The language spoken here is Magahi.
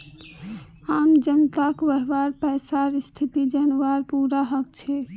आम जनताक वहार पैसार स्थिति जनवार पूरा हक छेक